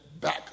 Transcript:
back